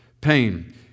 pain